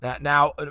Now